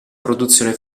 produzione